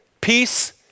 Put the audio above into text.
Peace